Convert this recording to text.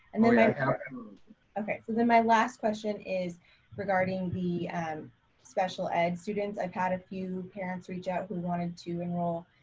i mean like absolutely. okay. so then my last question is regarding the and special ed students. i've had a few parents reach out who wanted to enroll